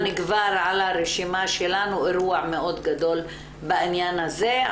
כבר על הרשימה שלנו אירוע מאוד גדול בעניין הזה.